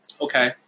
Okay